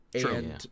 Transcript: True